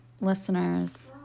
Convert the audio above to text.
listeners